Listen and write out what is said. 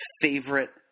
Favorite